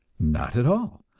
not at all.